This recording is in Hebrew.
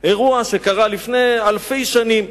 אירוע שקרה לפני אלפי שנים: